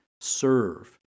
serve